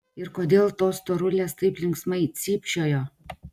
ir kodėl tos storulės taip linksmai cypčiojo